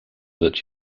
that